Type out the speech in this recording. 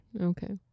Okay